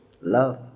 love